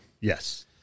yes